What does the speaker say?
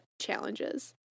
challenges